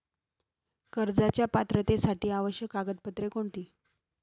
कर्जाच्या पात्रतेसाठी आवश्यक कागदपत्रे कोणती?